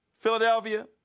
Philadelphia